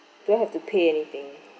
do I have to pay anything